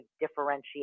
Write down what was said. differentiate